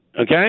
okay